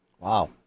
Wow